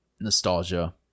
nostalgia